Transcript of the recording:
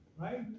Right